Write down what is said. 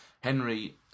Henry